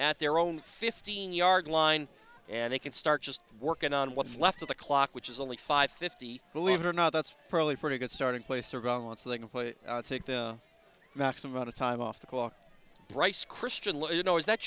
at their own fifteen yard line and they can start just working on what's left of the clock which is only five fifty believe it or not that's probably pretty good starting place around one so they can play take the max amount of time off the clock bryce christian you know is that